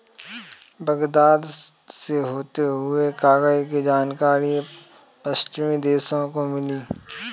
Baghdad से होते हुए कागज की जानकारी पश्चिमी देशों को मिली